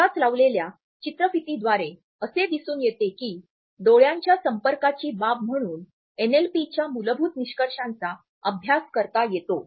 आत्ताच लावलेल्या चित्रफितीद्वारे असे दिसून येते की डोळ्यांच्या संपर्काची बाब म्हणून एनएलपीच्या मूलभूत निष्कर्षांचा अभ्यास करता येतो